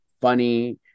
funny